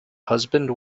husband